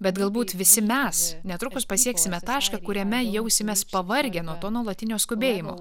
bet galbūt visi mes netrukus pasieksime tašką kuriame jausimės pavargę nuo to nuolatinio skubėjimo